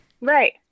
Right